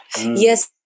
Yes